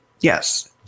Yes